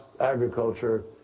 agriculture